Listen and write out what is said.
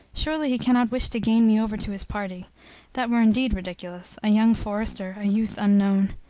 surely he can not wish to gain me over to his party that were indeed ridiculous a young forester a youth unknown.